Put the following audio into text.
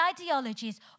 ideologies